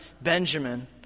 Benjamin